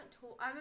talk